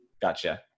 Gotcha